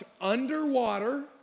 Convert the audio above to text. underwater